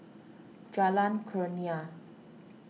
Jalan Kurnia